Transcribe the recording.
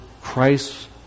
Christ